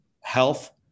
Health